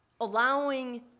allowing